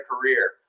career